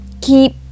keep